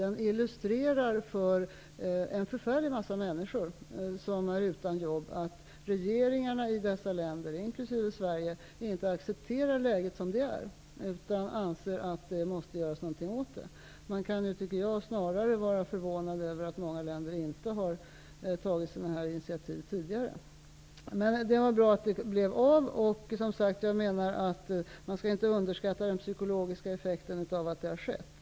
Den illustrerar för en massa människor som är utan jobb att regeringarna i dessa länder inkl. Sverige inte accepterar läget som det är, utan man anser att det behövs göras någonting åt det. Snarare kan man vara förvånad över att många länder inte har tagit sådana här initiativ tidigare. Det var bra att mötet blev av. Man skall inte underskatta den psykologiska effekten av att mötet har hållits.